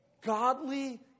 godly